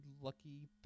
Lucky